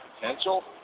potential